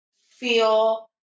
feel